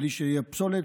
בלי שתהיה פסולת,